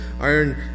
iron